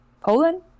Poland